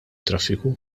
traffiku